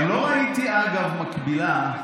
גם לא ראיתי, אגב, מקבילה.